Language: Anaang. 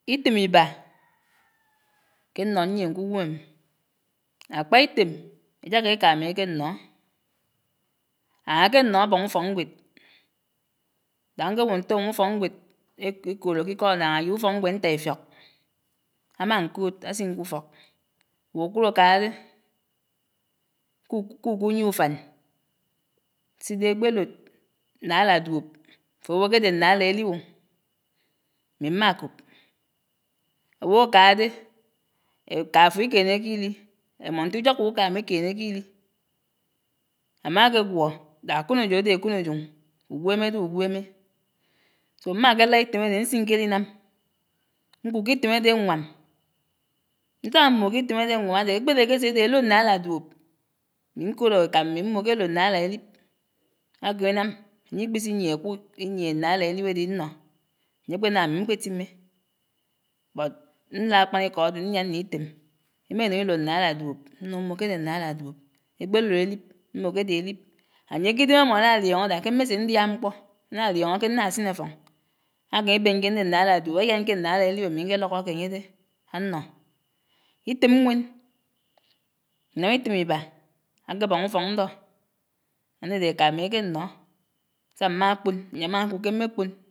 Ítém iba ké énóó ñyién k'uwemèm. Ákpá ítém éjáká ék'ámi aké ñnó áá áké ñnó ábaña ufókñgwed. Dáñá ñkéwogo ñntoñó ufókñgwed eh ékòdò k'íkó anaañ ufókñgwed ñntáífiók, ámá'ñkòòd ásin k'ufók áwò ákud ákáágá déh! ku kuk'uyie ufán sídé ékpélòd ñnala duòb áfòwò kèdè ñnalá élib ò, ami mmà kòb, áwò ákáhá dè èkàfò íkenèkè ílí, émò ñt'ujáká uká m íkenèkè ílí. Ámákègwó d'ákònòjò adè ákònòjò, ugwémé ád'ugwèmè. so mmá ké lád ítém adé ñsin k'élinám ñkud k'ítém adé añwàm. Ñtágá mmògò k'ítem adé añwám adé ákpèdè ákèsèdè élòd ñnálá duòb, ámi ñkòòd ekàmmi mmò k'èlod ñnálá èlib ákèminám ányikpisi yiégé ákuk, íyié ñnala élib adé ínnó, ányé ákpènam ámi mkpè ñtimme, bot ñlad ákpánikó adé ñnian ñnè ítém, éma énuñ ílòd ñnálá duob, ñnuñ mmò k'édé ñnálá duob, ékpèlòd élib, mmò k'édé élib, áyé k'ídem ámó álá lióñó dat kè mmèsè ñdià mkpó, ánálióñó ké nna sínè áfoñ, ákèmi íben ñjen dè ñnálá duob álián ké ñnálá élib ámi ñkélókóké ányé dé annó. Ítém ñwèn, ánám ítém íbá ákébàñà ufok ñndó, ándèdè èkámi ákè ñnó. sà mmàkpon, anyèmakud kè mmèkpòn